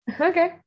Okay